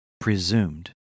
presumed